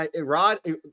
Rod